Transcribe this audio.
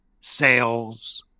sales